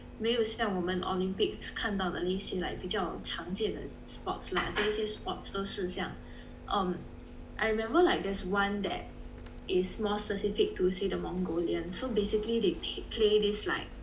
没有像我们 Olympics 看到的哪一些 like 比较常见的 sports lah 哪一些 sports 都是像 um I remember like there's one that is more specific to say the mongolian so basically they play this like